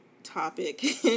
topic